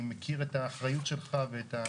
אני מכיר את האחריות שלך ואת זה